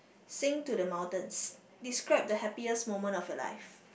sing to the mountains describe the happiest moment of your life